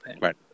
Right